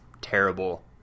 terrible